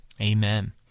Amen